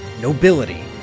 nobility